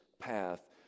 path